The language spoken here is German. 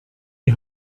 die